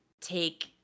take